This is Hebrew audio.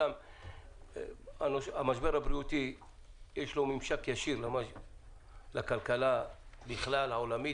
למשבר הבריאותי יש משק ישיר לכלכלה העולמית